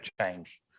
change